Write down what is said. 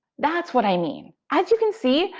that's what i mean. as you can see,